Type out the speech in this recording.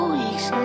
weeks